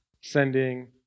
sending